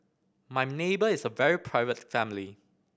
my neighbour is a very private family